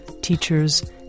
teachers